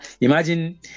imagine